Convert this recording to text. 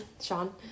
sean